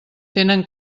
tenen